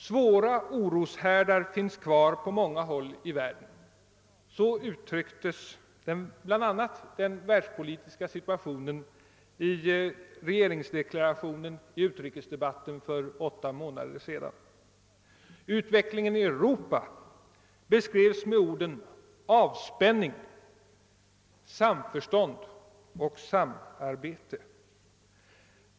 »Svåra oroshärdar finns kvar på många håll i världen.» Så uttrycktes bl.a. den världspolitiska situationen i regeringsdeklarationen i utrikesdebatten för åtta månader sedan. Utvecklingen i Europa beskrevs med orden »avspänning», »samförstånd» och »samarbete».